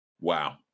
wow